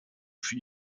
für